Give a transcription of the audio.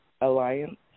Alliance